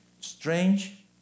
strange